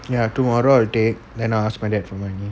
ya tomorrow I will take then I will ask my dad for money